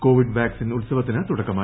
Covid vaccine ഉത്സവത്തിന് തുടക്കമായി